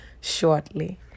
shortly